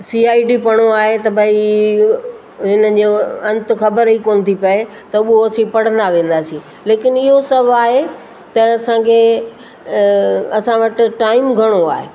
C I D पणो आहे त भाई हिनजो अंत ख़बर ई कोन थी पिए त हो असीं पढ़ंदा वेंदासीं लेकिनि इहो सभु आहे त असांखे असां वटि टाइम घणो आहे